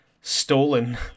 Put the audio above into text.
stolen